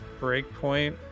breakpoint